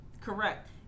Correct